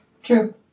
True